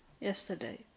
yesterday